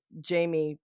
Jamie